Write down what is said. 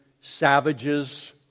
savages